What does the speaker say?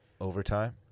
overtime